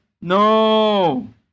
No